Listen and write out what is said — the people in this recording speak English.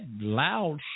loud